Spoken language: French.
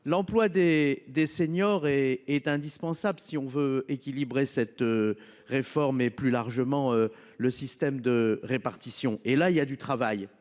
l'emploi des des seniors. Est indispensable si on veut équilibrer cette. Réforme et plus largement le système de répartition et là il y a du travail,